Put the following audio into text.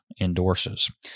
endorses